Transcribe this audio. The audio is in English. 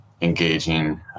engaging